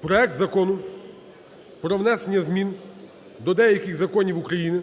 проект Закону про внесення змін до деяких законів України